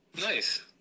nice